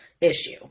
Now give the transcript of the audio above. issue